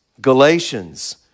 Galatians